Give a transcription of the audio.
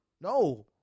no